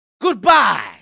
Goodbye